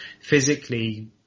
Physically